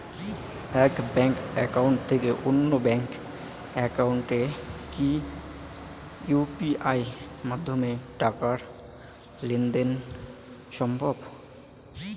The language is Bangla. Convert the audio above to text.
এক ব্যাংক একাউন্ট থেকে অন্য ব্যাংক একাউন্টে কি ইউ.পি.আই মাধ্যমে টাকার লেনদেন দেন সম্ভব?